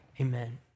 Amen